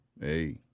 hey